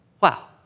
wow